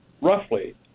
roughly